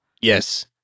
Yes